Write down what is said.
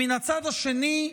מן הצד השני,